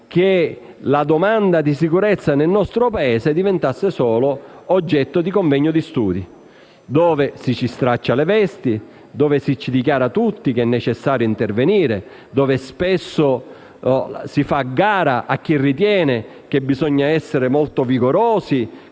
che la domanda di sicurezza nel nostro Paese possa diventare solo oggetto di convegni o studi, dove ci si straccia le vesti, si dichiara tutti che è necessario intervenire e dove spesso si fa a gara a chi ritiene che bisogna essere molto vigorosi